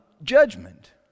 judgment